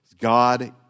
God